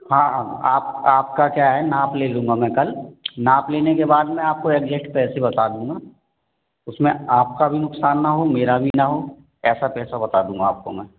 हाँ आप आपका क्या है नाप ले लूँगा मैं कल नाप लेने के बाद मैं आपको एग्जैक्ट पैसे बता दूँगा उसमें आपका भी नुकसान ना हो मेरा भी ना हो ऐसा पैसा बता दूँगा आपको मैं